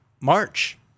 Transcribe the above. March